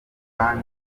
kampani